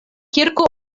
kirko